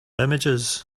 images